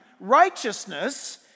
righteousness